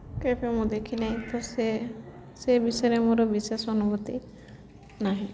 କେବେ ମୁଁ ଦେଖି ନାହିଁ ତ ସେ ସେ ବିଷୟରେ ମୋର ବିଶେଷ ଅନୁଭୂତି ନାହିଁ